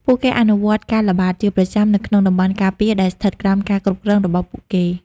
ពួកគេអនុវត្តការល្បាតជាប្រចាំនៅក្នុងតំបន់ការពារដែលស្ថិតក្រោមការគ្រប់គ្រងរបស់ពួកគេ។